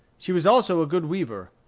she was also a good weaver.